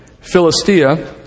Philistia